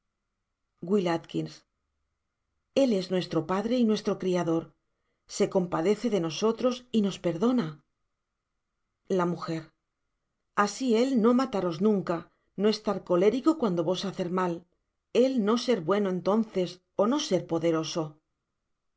w a el es nuestro padre y nuestro criador se cempadece de nosotros y nos perdona la m asi él no matares nunca no estar colérico cuando vos hacer mal él no ser bueno entonces ó no ser poderoso